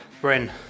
Bryn